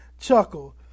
chuckle